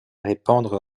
répandre